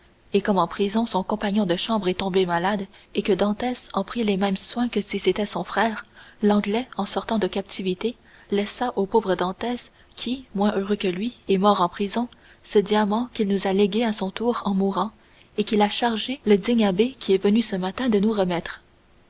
et comme en prison son compagnon de chambre est tombé malade et que dantès en prit les mêmes soins que si c'était son frère l'anglais en sortant de captivité laissa au pauvre dantès qui moins heureux que lui est mort en prison ce diamant qu'il nous a légué à son tour en mourant et qu'il a chargé le digne abbé qui est venu ce matin de nous remettre